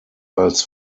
als